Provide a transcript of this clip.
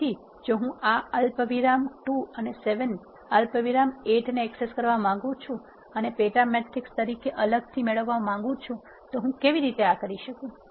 તેથી જો હું આ 1 અલ્પવિરામ 2 અને 7 અલ્પવિરામ 8 ને એક્સેસ કરવા માગું છું અને પેટા મેટ્રિક્સ તરીકે અલગથી મેળવવા માંગું છું તો હું કેવી રીતે આ કરી શકું